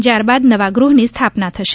જયાર બાદ નવા ગૃહની સ્થાપના થશે